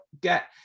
get